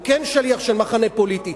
הוא כן שליח של מחנה פוליטי,